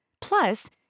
Plus